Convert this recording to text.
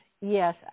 Yes